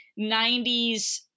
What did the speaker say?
90s